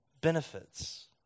benefits